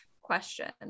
question